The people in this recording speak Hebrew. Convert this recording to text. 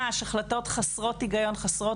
החלטות חסרות היגיון ממש.